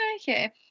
Okay